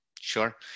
sure